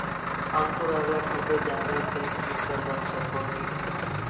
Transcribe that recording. अंकूर अगर टूटे जाबे ते की करवा सकोहो ही?